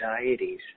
anxieties